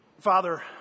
Father